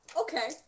Okay